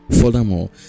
furthermore